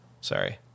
sorry